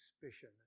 suspicion